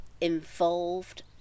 involved